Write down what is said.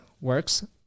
works